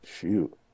Shoot